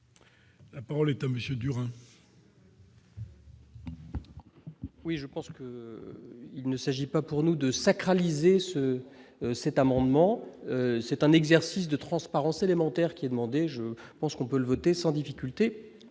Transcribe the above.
La parole est à monsieur du Rhin.